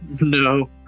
No